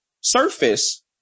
surface